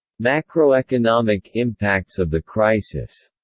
macroeconomic impacts of the crisis